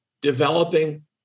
developing